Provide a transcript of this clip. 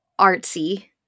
artsy